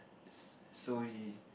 s~ so he